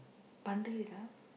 bundle it up